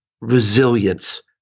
resilience